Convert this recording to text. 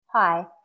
Hi